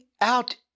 out